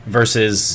versus